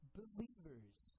believers